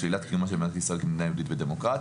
שלילת קיומה של מדינת ישראל כמדינה יהודית ודמוקרטית,